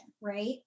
right